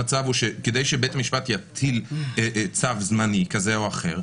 המצב הוא שכדי שבית המשפט יטיל צו זמני כזה או אחר,